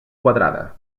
quadrada